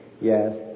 Yes